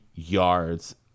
Yards